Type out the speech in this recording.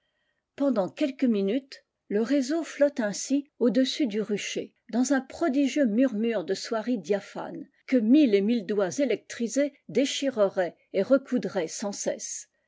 pendant quelques minutes le réseau flotte ainsi au-dessus du rucher dans un prodigieux murmure de soieries diaphanes que mille et mille doigts électrisés déchireraient et recoudraient sans c